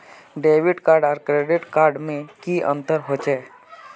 Debit card आर credit card में की अंतर होचे?